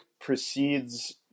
precedes